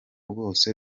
rwose